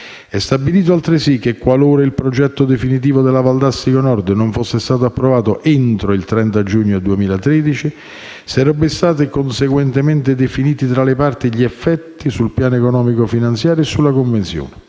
È stabilito altresì che, qualora il progetto definitivo della Valdastico Nord non fosse stato approvato entro il 30 giugno 2013, sarebbero stati conseguentemente definiti tra le parti gli effetti sul piano economico finanziario e sulla convenzione;